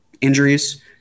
injuries